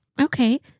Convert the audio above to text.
Okay